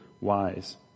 wise